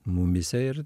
mumyse ir